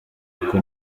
kuko